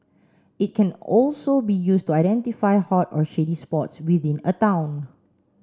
it can also be used to identify hot or shady spots within a town